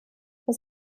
das